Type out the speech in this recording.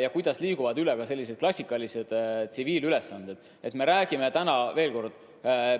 ja kuidas liiguvad üle ka klassikalised tsiviilülesanded. Me räägime täna